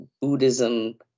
Buddhism